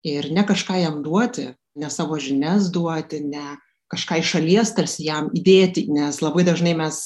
ir ne kažką jam duoti ne savo žinias duoti ne kažką iš šalies tarsi jam dėti nes labai dažnai mes